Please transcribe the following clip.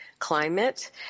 climate